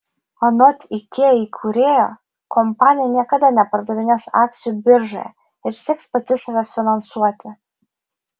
anot ikea įkūrėjo kompanija niekada nepardavinės akcijų biržoje ir sieks pati save finansuoti